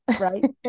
Right